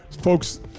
Folks